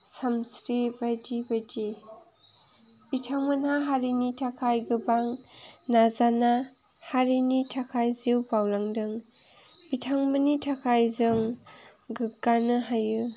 सोमश्री बायदि बायदि बिथांमोनहा हारिनि थाखाय गोबां नाजाना हारिनि थाखाय जिउ बाउलांदों बिथांमोननि थाखाय जों गोग्गानो हायो